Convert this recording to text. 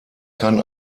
kann